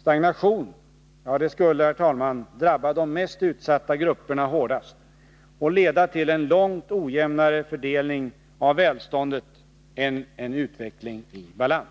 Stagnation skulle, herr talman, drabba de mest utsatta grupperna hårdast och leda till en långt ojämnare fördelning av välståndet än en utveckling i balans.